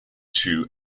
two